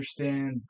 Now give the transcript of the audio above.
understand